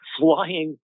flying